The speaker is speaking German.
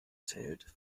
zählt